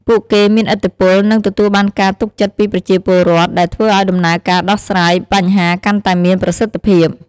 ពួកគេមានឥទ្ធិពល និងទទួលបានការទុកចិត្តពីប្រជាពលរដ្ឋ ដែលធ្វើឱ្យដំណើរការដោះស្រាយបញ្ហាកាន់តែមានប្រសិទ្ធភាព។